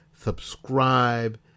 subscribe